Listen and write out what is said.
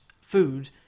food